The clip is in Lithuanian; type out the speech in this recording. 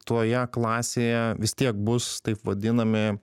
toje klasėje vis tiek bus taip vadinami